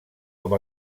com